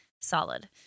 solid